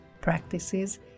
practices